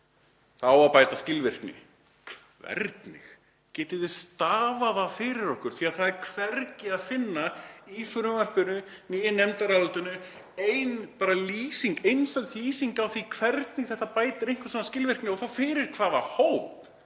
á að bæta skilvirkni. Hvernig? Getið þið stafað það fyrir okkur af því það er hvergi að finna í frumvarpinu né í nefndarálitinu bara eina lýsingu, einfalda lýsingu á því hvernig þetta bætir einhverja skilvirkni og þá fyrir hvaða hóp.